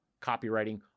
copywriting